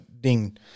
ding